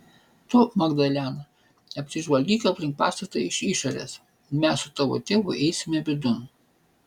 tu magdalena apsižvalgyk aplink pastatą iš išorės mes su tavo tėvu eisime vidun